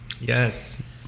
Yes